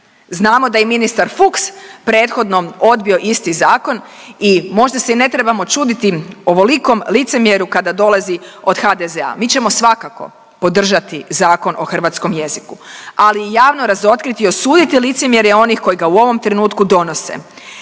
Znamo da je i ministar Fuchs prethodno odbio isti zakon i možda se i ne trebamo čuditi ovolikom licemjeru kada dolazi od HDZ-a. Mi ćemo svakako podržati Zakon o hrvatskom jeziku ali i javno razotkriti o sujeti licemjerja onih koji ga u ovom trenutku donose.